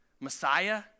Messiah